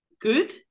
good